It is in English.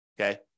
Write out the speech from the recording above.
Okay